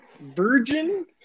Virgin